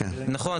נכון,